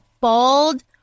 bald